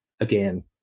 again